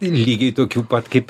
lygiai tokių pat kaip